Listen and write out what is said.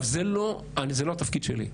זה לא התפקיד שלי.